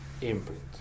imprint